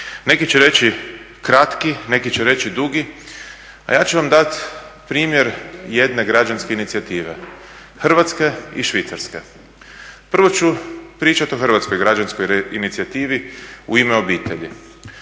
Neki će reći kratki, neki će reći dugi, a ja ću vam dati primjer jedne građanske inicijative Hrvatske i Švicarske. Prvo ću pričati o hrvatskoj građanskoj inicijativi "U ime obitelji"